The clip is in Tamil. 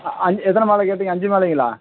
ஆ அஞ்சு எத்தனை மாலை கேட்டீங்கள் அஞ்சு மாலைங்களா